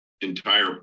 entire